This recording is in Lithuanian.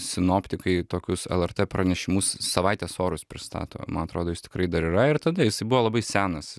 sinoptikai tokius elertė pranešimus savaitės orus pristato man atrodo jis tikrai dar yra ir tada jisai buvo labai senas